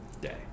day